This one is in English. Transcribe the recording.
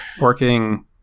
working